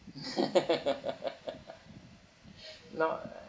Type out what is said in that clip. no